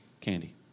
candy